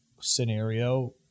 scenario